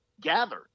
gather